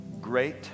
great